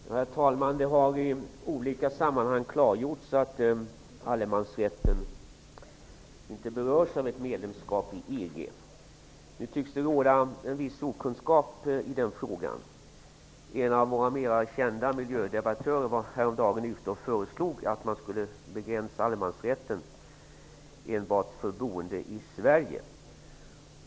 Herr talman! Det har i olika sammanhang klargjorts att allemansrätten inte berörs av ett medlemskap i EG. Nu tycks det råda en viss okunskap i den frågan. En av våra mer kända miljödebattörer föreslog häromdagen att man, innan Sverige går med i EG, skulle begränsa allemansrätten till att enbart gälla boende i Sverige.